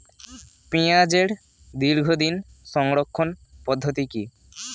পেঁয়াজের দীর্ঘদিন সংরক্ষণ পদ্ধতি কি?